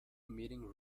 meeting